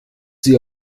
sie